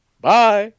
bye